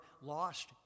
lost